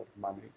money